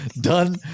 done